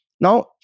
Now